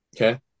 Okay